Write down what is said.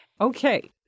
Okay